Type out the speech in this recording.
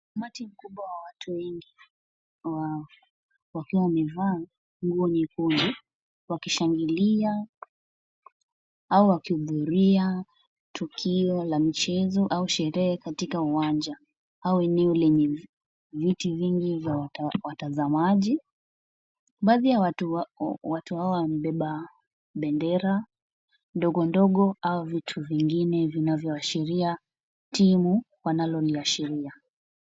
Umati mkubwa wa watu wengi wakiwa wamevaa nguo nyekundu wakishangilia au wakivuria tukio la michezo au sherehe katika uwanja au eneo lenye viti vingi vya watazamaji . Baadhi ya watu hawa wamebeba bendera ndogondogo au vitu vingine vinavyoashiria timu wanaloliashiria.